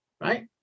Right